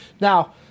Now